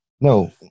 No